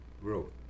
Growth